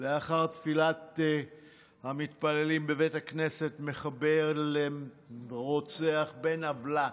לאחר תפילת המתפללים בבית הכנסת מחבל לרוצח בין עוולה